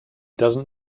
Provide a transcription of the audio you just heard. doesn’t